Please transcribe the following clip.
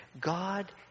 God